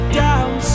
down